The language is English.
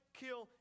kill